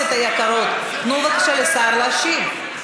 חברות הכנסת היקרות, תנו בבקשה לשר להשיב.